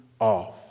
off